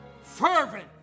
fervent